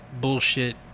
bullshit